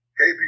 KB